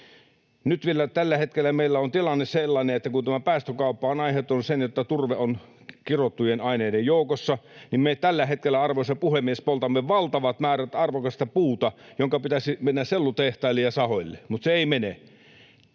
Nyt vielä tällä hetkellä meillä on tilanne sellainen, että kun tämä päästökauppa on aiheuttanut sen, että turve on kirottujen aineiden joukossa, niin me tällä hetkellä, arvoisa puhemies, poltamme valtavat määrät arvokasta puuta, jonka pitäisi mennä sellutehtaille ja sahoille, mutta se ei mene.